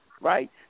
right